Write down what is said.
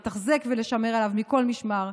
לתחזק ולשמור עליו מכל משמר.